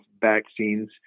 vaccines